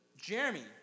Jeremy